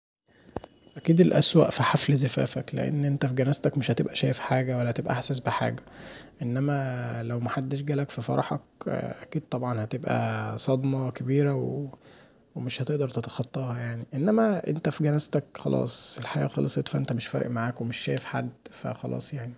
أكيد الأسوأ في حفل زفافك لأن انت في جنازتك مش هتبقي شايف حاجه ولا حاسس بحاجه انما لو محدش جالك في فرحك اكيد طبعا هتبقي صدمه كبيره ومش هتقدر تتخطاها يعني انما انت في جنازتك خلاص، الحياة خلصت فأنت مش فارق معاك ومش شايف حد فخلاص يعني.